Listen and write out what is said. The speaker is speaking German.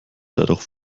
dadurch